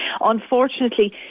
Unfortunately